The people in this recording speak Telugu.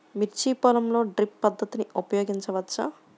మిర్చి పొలంలో డ్రిప్ పద్ధతిని ఉపయోగించవచ్చా?